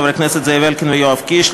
חברי הכנסת זאב אלקין ויואב קיש,